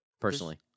personally